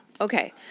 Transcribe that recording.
Okay